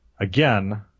Again